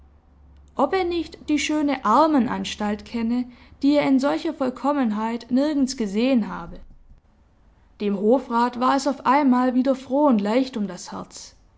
ob er nicht die schöne armenanstalt kenne die er in solcher vollkommenheit nirgends gesehen habe dem hofrat war es auf einmal wieder froh und leicht um das herz